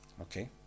Okay